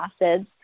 acids